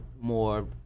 more